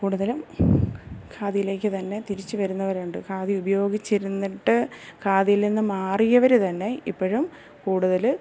കൂടുതലും ഖാദിയിലേക്ക് തന്നെ തിരിച്ച് വരുന്നവരുണ്ട് ഖാദി ഉപയോഗിച്ചിരുന്നിട്ട് ഖാദിയിൽ നിന്നും മാറിയവര് തന്നെ ഇപ്പഴും കൂടുതല്